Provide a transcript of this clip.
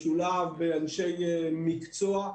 משולב באנשי מקצוע,